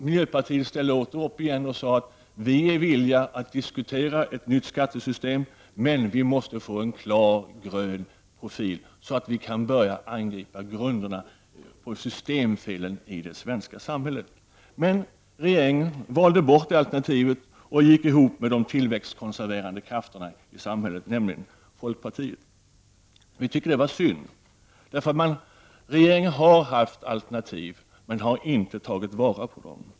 Miljöpartiet ställde åter upp och sade: Vi är villiga att diskutera ett nytt skattesystem, men vi måste få en klart grön profil, så att vi kan börja angripa de grundläggande systemfelen i det svenska samhället. Men regeringen valde bort detta alternativ och gick ihop med de tillväxtkonserverande krafterna i samhället, nämligen folkpartiet. Vi tycker att det var synd. Regeringen har haft alternativ men har inte tagit vara på dem.